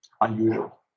unusual